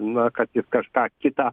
na kad jis kažką kitą